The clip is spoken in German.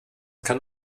kann